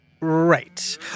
Right